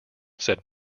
said